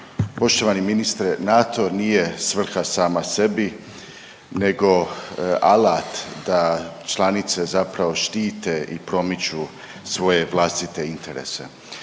poštovani ministre NATO nije svrha sama sebi, nego alat da članice zapravo štite i promiču svoje vlastite interese.